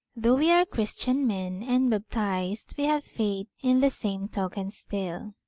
though we are christian men, and baptized, we have faith in the same token still.